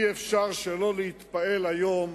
אי-אפשר שלא להתפעל היום